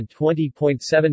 20.7%